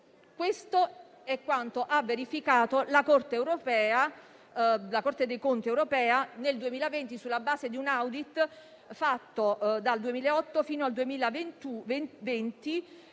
Questo è quanto ha verificato la Corte dei conti europea nel 2020, sulla base di un *audit* fatto dal 2008 al 2020,